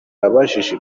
yabajije